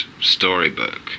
storybook